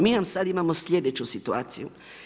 Mi vam sada imamo sljedeću situaciju.